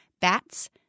Bats